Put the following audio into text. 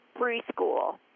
preschool